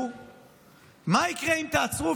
מה יקרה אם תעצרו?